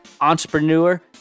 entrepreneur